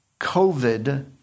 COVID